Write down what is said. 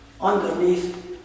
underneath